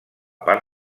part